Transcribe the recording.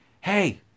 hey